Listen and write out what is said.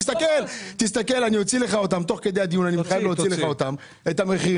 תוך כדי הדיון אני אוציא את הנתונים,